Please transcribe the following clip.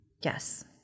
Yes